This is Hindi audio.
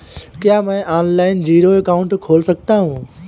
क्या मैं ऑनलाइन जीरो अकाउंट खोल सकता हूँ?